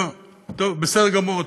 טוב, בסדר גמור.